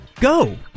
go